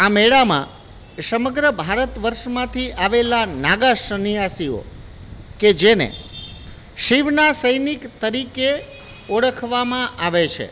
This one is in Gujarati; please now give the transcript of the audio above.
આ મેળામાં સમગ્ર ભારત વર્ષમાંથી આવેલા નાગા સન્યાસીઓ કે જેને શિવના સૈનિક તરીકે ઓળખવામાં આવે છે